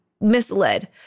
misled